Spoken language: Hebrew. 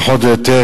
פחות או יותר,